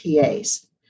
PAs